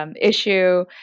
Issue